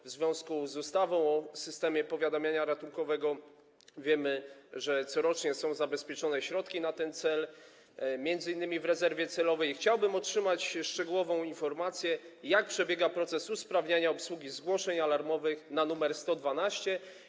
W związku z ustawą o systemie powiadamiania ratunkowego wiemy, że corocznie są zabezpieczone środki na ten cel, m.in. w rezerwie celowej, i chciałbym otrzymać szczegółową informację, jak przebiega proces usprawniania obsługi zgłoszeń alarmowych na nr 112.